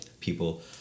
people